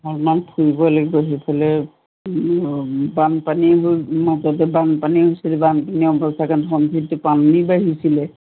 অলপমান ফুৰিব লাগিব সেইফালে বানপানী হৈ মাজতে বানপানী হৈছিলে বানপানী পানী বাঢ়িছিলে